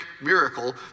miracle